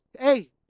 Hey